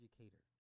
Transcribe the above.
educator